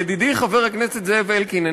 ידידי חבר הכנסת זאב אלקין,